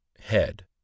head